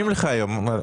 זה היה כאן בוועדה.